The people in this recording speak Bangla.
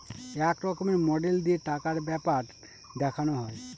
এক রকমের মডেল দিয়ে টাকার ব্যাপার দেখানো হয়